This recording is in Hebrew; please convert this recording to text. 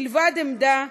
מלבד עמדה,